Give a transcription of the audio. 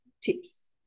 tips